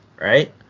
Right